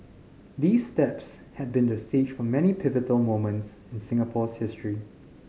these steps had been the stage for many pivotal moments in Singapore's history